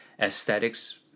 aesthetics